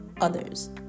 others